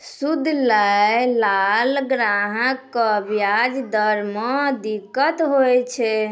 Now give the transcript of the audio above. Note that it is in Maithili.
सूद लैय लाला ग्राहक क व्याज दर म दिक्कत होय छै